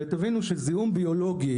תבינו שזיהום ביולוגי,